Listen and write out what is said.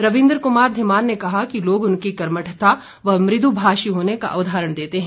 रविन्द्र कुमार धीमान ने कहा कि लोग उनकी कर्मठता व मृदुभाषी होने का उदाहरण देते हैं